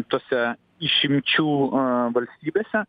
tose išimčių valstybėse